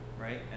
right